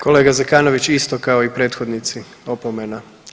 Kolega Zekanović, isto kao i prethodnici, opomena.